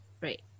Right